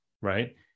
right